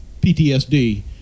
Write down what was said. PTSD